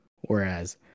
Whereas